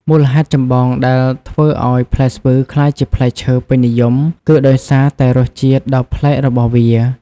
មូលហេតុចម្បងដែលធ្វើឱ្យផ្លែស្ពឺក្លាយជាផ្លែឈើពេញនិយមគឺដោយសារតែរសជាតិដ៏ប្លែករបស់វា។